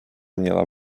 měla